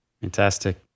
Fantastic